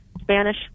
Spanish